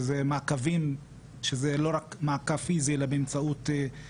כל הדברים האלה מופיעים בסעיפים כאלה ואחרים.